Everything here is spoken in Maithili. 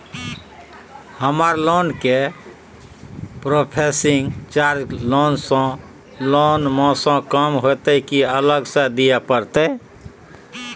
हमर लोन के प्रोसेसिंग चार्ज लोन म स कम होतै की अलग स दिए परतै?